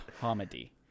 Comedy